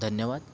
धन्यवाद